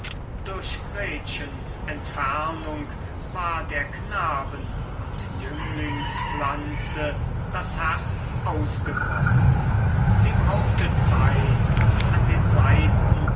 durch gretchens entfernung war der knaben und jünglingspflanze das herz ausgebrochen sie brauchte zeit um an den seiten